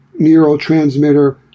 neurotransmitter